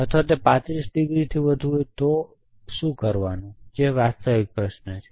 અથવા તે 35 ડિગ્રીથી વધુ પણ હોય જે વાસ્તવિક પ્રશ્ન છે